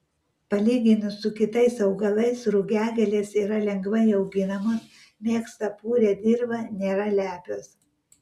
palyginus su kitais augalais rugiagėlės yra lengvai auginamos mėgsta purią dirvą nėra lepios